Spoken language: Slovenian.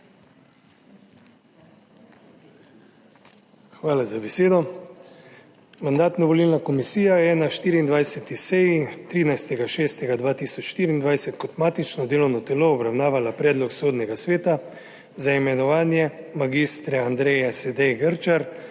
Hvala za besedo. Mandatno-volilna komisija je na 24. seji 13. 6. 2024 kot matično delovno telo obravnavala predlog Sodnega sveta za imenovanje mag. Andreje Sedej Grčar